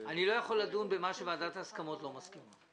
אני לא יכול לדון במה שוועדת ההסכמות לא מסכימה.